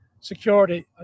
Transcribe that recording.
security